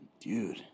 Dude